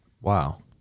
Wow